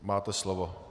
Máte slovo.